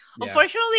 unfortunately